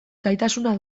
gaitasuna